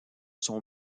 sont